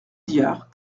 diard